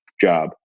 job